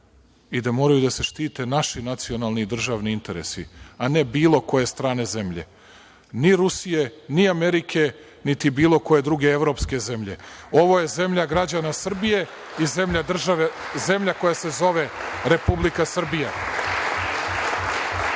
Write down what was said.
i da moraju da se štite naši nacionalni i državni interesi, a ne bilo koje strane zemlje, ni Rusije, ni Amerike, niti bilo koje druge evropske zemlje. Ovo je zemlja građana Srbije i zemlja koja se zove Republika Srbija. Kažete,